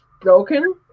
broken